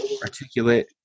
Articulate